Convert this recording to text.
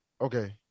Okay